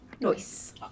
Nice